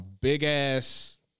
big-ass